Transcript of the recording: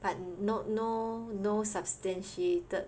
but not no no substantiated